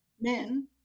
men